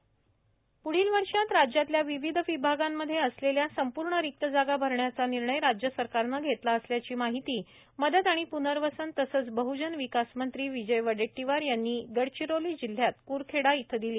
रिक्त जागा भरण्याचा निर्णय प्ढील वर्षात राज्यातल्या विविध विभागांमध्ये असलेल्या संपूर्ण रिक्त जागा भरण्याचा निर्णय राज्य सरकारनं घेतला असल्याची माहिती मदत आणि प्नर्वसन तसंच बहजन विकासमंत्री विजय वडेट्टीवार यांनी काल गडचिरोली जिल्ह्यात क्रखेडा इथं दिली